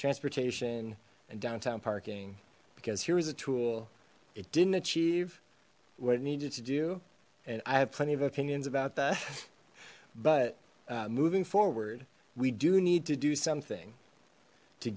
transportation and downtown parking because here is a tool it didn't achieve what it needs it to do and i have plenty of opinions about that but moving forward we do need to do something to